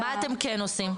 מה אתם כן עושים?